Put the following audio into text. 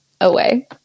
away